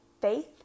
faith